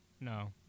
No